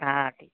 हा हा ठीकु